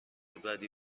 بدی